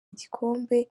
igikombe